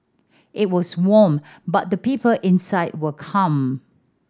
it was warm but the people inside were calm